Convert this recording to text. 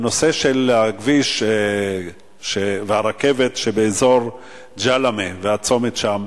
הנושא של הכביש והרכבת שבאזור ג'למה והצומת שם.